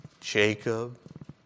Jacob